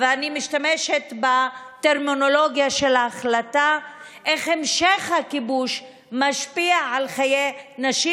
ואני משתמשת בטרמינולוגיה של ההחלטה איך המשך הכיבוש משפיע על חיי נשים